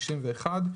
"91.